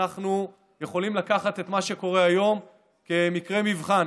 אנחנו יכולים לקחת את מה שקורה היום כמקרה מבחן.